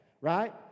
Right